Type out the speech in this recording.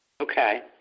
Okay